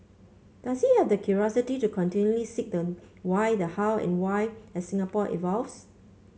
does he have the curiosity to continually seek the why the how and the why as Singapore evolves